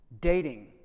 dating